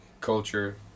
culture